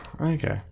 Okay